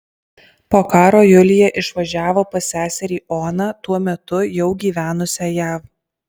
po karo julija išvažiavo pas seserį oną tuo metu jau gyvenusią jav